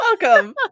Welcome